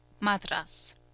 Madras